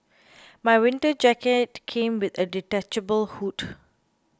my winter jacket came with a detachable hood